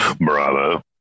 Bravo